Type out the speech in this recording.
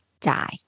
die